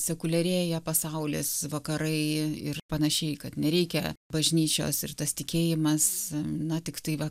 sekuliarėja pasaulis vakarai ir panašiai kad nereikia bažnyčios ir tas tikėjimas na tiktai va